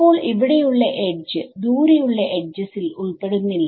ഇപ്പോൾ ഇവിടെയുള്ള എഡ്ജ് ദൂരെയുള്ള മറ്റ് എഡ്ജസിൽ ഉൾപ്പെടുന്നില്ല